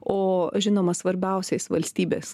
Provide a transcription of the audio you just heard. o žinoma svarbiausiais valstybės